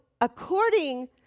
according